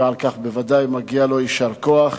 ועל כך בוודאי מגיע לו יישר כוח.